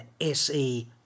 SE